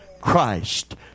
Christ